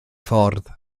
ffordd